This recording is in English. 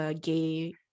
Gay